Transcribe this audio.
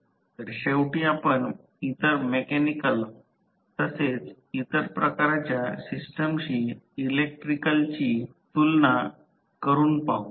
तर शेवटी आपण इतर मेकॅनिकल तसेच इतर प्रकारच्या सिस्टमशी इलेक्ट्रिकलची तुलना करून पाहू